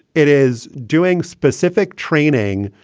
it is doing specific training,